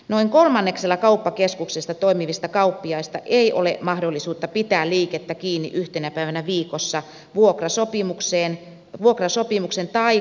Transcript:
noin kolmanneksella kauppakeskuksissa toimivista kauppiaista ei ole mahdollisuutta pitää liikettä kiinni yhtenä päivänä viikossa vuokrasopimuksen tai kauppakeskussääntöjen takia